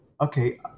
Okay